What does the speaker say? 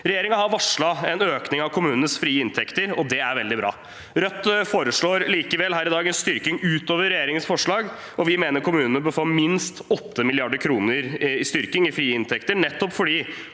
Regjeringen har varslet en økning av kommunenes frie inntekter, og det er veldig bra. Rødt foreslår likevel her i dag en styrking utover regjeringens forslag, og vi mener kommunene bør få minst 8 mrd. kr styrking i frie inntekter, nettopp fordi